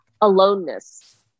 aloneness